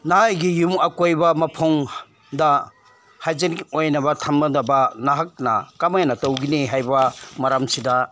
ꯅꯍꯥꯛꯀꯤ ꯌꯨꯝ ꯑꯀꯣꯏꯕ ꯃꯐꯝꯗ ꯍꯥꯏꯖꯤꯅꯤꯛ ꯑꯣꯏꯅ ꯊꯝꯒꯗꯕ ꯅꯍꯥꯛꯅ ꯀꯃꯥꯏꯅ ꯇꯧꯒꯅꯤ ꯍꯥꯏꯕ ꯃꯔꯝꯁꯤꯗ